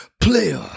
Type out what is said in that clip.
player